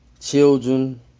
Children